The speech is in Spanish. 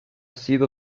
sido